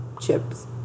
chips